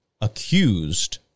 accused